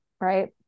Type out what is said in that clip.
Right